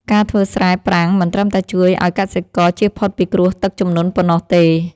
ការធ្វើស្រែប្រាំងមិនត្រឹមតែជួយឱ្យកសិករជៀសផុតពីគ្រោះទឹកជំនន់ប៉ុណ្ណោះទេ។